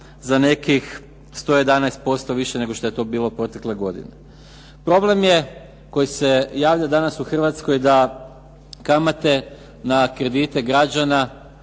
za nekih 111% više nego što je to bilo protekle godine. Problem je, koji se javlja danas u Hrvatskoj, da kamate na kredite građana,